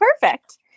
perfect